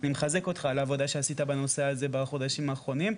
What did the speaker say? אני מחזק אותך על העבודה שעשית גם בנושא הזה בחודשים האחרונים,